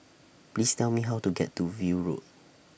Please Tell Me How to get to View Road